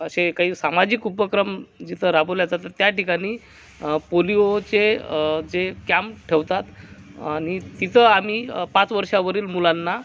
असे काही सामाजिक उपक्रम जिथं राबवले जातात त्या ठिकाणी पोलिओचे जे कॅम्प ठेवतात आणि तिथं आम्ही पाच वर्षावरील मुलांना